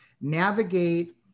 navigate